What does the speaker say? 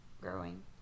growing